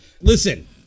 listen